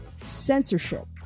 censorship